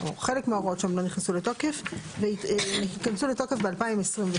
או חלק מההוראות שם לא נכנסו לתוקף וייכנסו לתוקף ב-2026.